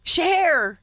Share